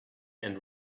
and